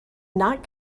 not